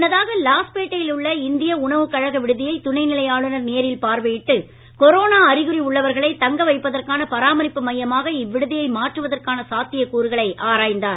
முன்னதாக லாஸ்பேட்டையில் உள்ள இந்திய உணவு கழக விடுதியை துணை நிலை ஆளுனர் நேரில் பார்வையிட்டு கொரோனா அறிகுறி உள்ளவர்களை தங்க வைப்பதற்கான பராமரிப்பு மையமாக இவ்விடுதியை மாற்றுவதற்கான சாத்தியகூறுகளை ஆராய்ந்தார்